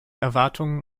erwartungen